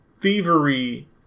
thievery